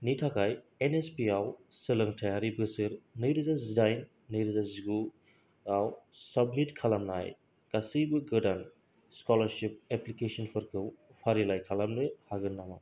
नि थाखाय N S P आव सोलोंथायारि बोसोर नैरोजा जिदाइन नैरोजा जिगुआव साबमिट खालामनाय गासैबो गोदान स्क'लारशिप एप्लिकेसनफोरखौ फारिलाइ खालामनो हागोन नामा